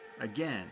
again